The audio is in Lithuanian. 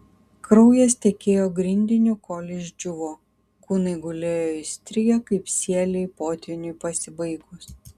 kraujas tekėjo grindiniu kol išdžiūvo kūnai gulėjo įstrigę kaip sieliai potvyniui pasibaigus